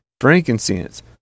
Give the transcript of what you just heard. frankincense